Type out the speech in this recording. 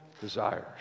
desires